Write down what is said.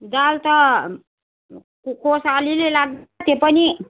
दाल त कोसा अलिअलि लाग् त्यो पनि